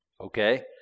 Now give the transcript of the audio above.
Okay